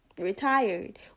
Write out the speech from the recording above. Retired